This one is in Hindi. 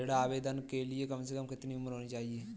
ऋण आवेदन के लिए कम से कम कितनी उम्र होनी चाहिए?